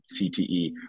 cte